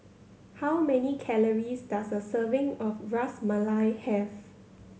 how many calories does a serving of Ras Malai have